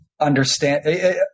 understand